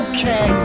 Okay